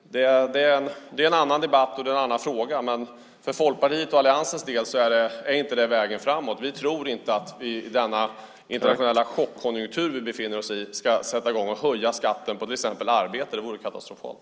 Det är en annan debatt och en annan fråga. Men för Folkpartiets och alliansens del är inte det vägen framåt. Vi tror inte att vi i den internationella chockkonjunktur vi befinner oss i ska sätta i gång att höja skatten på till exempel arbete. Det vore katastrofalt.